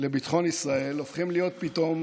לביטחון ישראל, הופכים להיות פתאום